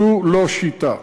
זו לא שיטה.